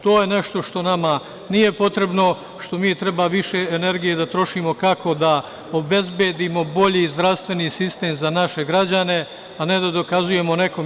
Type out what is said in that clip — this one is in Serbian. To je nešto što nama nije potrebno, što mi treba više energije da trošimo kako da obezbedimo bolji zdravstveni sistem za naše građane, a ne da dokazujemo nekome.